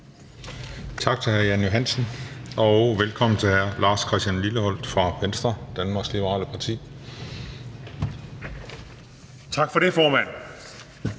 Tak til hr. Jan Johansen, og velkommen til hr. Lars Christian Lilleholt fra Venstre, Danmarks Liberale Parti. Kl. 11:21 (Ordfører)